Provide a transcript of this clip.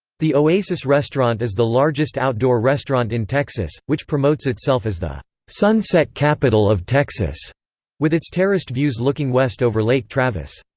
the oasis restaurant is the largest outdoor restaurant in texas, which promotes itself as the sunset capital of texas with its terraced views looking west over lake travis.